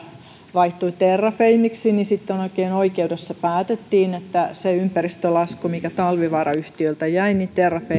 vaihtui terrafameksi niin sitten oikein oikeudessa päätettiin että siitä ympäristölaskusta mikä talvivaara yhtiöltä jäi